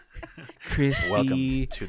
Crispy